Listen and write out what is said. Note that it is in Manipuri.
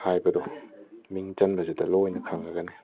ꯍꯥꯏꯕꯗꯣ ꯃꯤꯡ ꯆꯟꯕꯁꯤꯗ ꯂꯣꯏꯅ ꯈꯪꯉꯒꯅꯤ